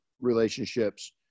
relationships